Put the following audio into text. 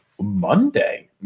Monday